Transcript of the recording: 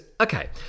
okay